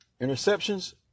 Interceptions